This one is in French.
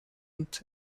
est